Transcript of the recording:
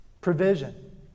Provision